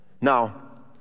now